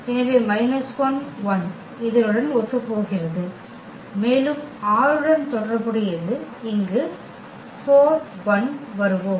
எனவே இதனுடன் ஒத்துப்போகிறது மேலும் 6 உடன் தொடர்புடையது இங்கு வருவோம்